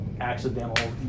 Accidental